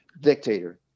dictator